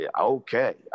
Okay